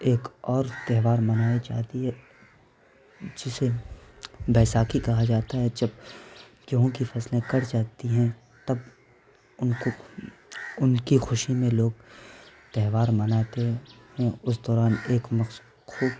ایک اور تہوار منائی جاتی ہے جسے بیساکھی کہا جاتا ہے جب گیہوں کی فصلیں کٹ جاتی ہیں تب ان کو ان کی خوشی میں لوگ تہوار مناتے ہوں اس دوران ایک